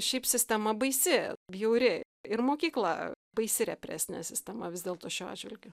šiaip sistema baisi bjauri ir mokykla baisi represinė sistema vis dėlto šiuo atžvilgiu